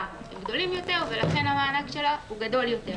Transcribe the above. גדולים יותר ולכן המענק שלה הוא גדול יותר.